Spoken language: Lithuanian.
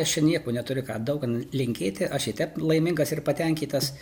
aš čia nieko neturiu ką daug linkėti aš ir tep laimingas ir patenkytas